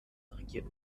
regiert